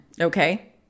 okay